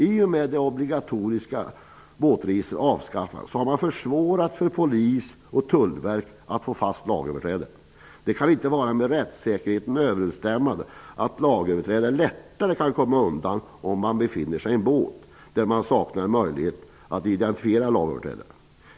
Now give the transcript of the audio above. I och med det obligatoriska båtregistrets avskaffande har man försvårat för Polisen och Tullverket att få fast lagöverträdare. Det kan inte vara överensstämmande med rättssäkerheten att lagöverträdare lättare kan komma undan om de befinner sig i en båt. Då saknas möjligheter att identifiera lagöverträdare.